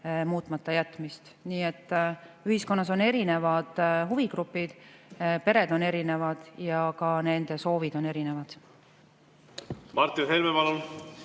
muutmata jätmist. Nii et ühiskonnas on erinevad huvigrupid, pered on erinevad ja ka nende soovid on erinevad.